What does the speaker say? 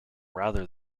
rather